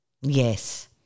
Yes